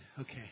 Okay